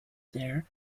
there